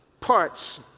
parts